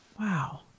Wow